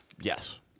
Yes